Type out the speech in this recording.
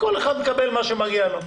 וכל אחד שמקבל מה שמגיע לו.